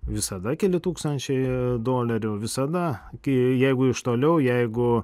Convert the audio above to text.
visada keli tūkstančiai dolerių visada kai jeigu iš toliau jeigu